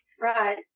Right